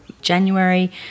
january